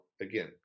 again